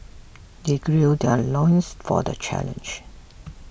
they gird their loins for the challenge